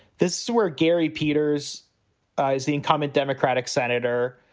this is where gary peters ah is the incumbent democratic senator.